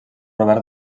robert